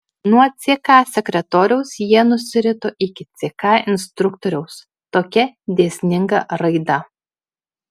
nuo ck sekretoriaus jie nusirito iki ck instruktoriaus tokia dėsninga raida